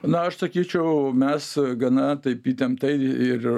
na aš sakyčiau mes gana taip įtemptai ir